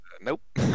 nope